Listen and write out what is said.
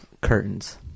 Curtains